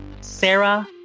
Sarah